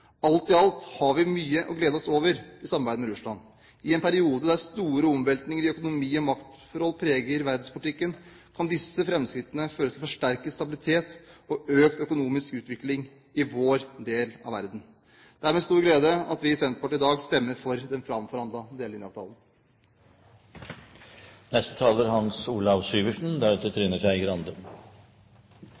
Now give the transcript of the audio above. Alt i alt har vi mye å glede oss over i samarbeidet med Russland. I en periode der store omveltninger i økonomi og maktforhold preger verdenspolitikken, kan disse framskrittene føre til forsterket stabilitet og økt økonomisk utvikling i vår del av verden. Det er med stor glede at vi i Senterpartiet i dag stemmer for den